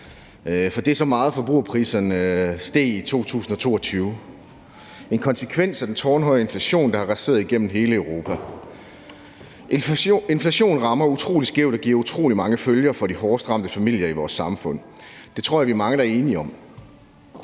pct. Det er så meget, forbrugerpriserne steg i 2022. Det er en konsekvens af den tårnhøje inflation, der har raseret igennem hele Europa. Inflation rammer utrolig skævt og giver utrolig mange følger for de hårdest ramte familier i vores samfund. Det tror jeg at vi er mange der er enige om.